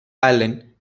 allen